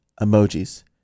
emojis